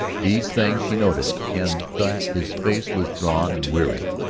these things she noted, and that his face was drawn and weary,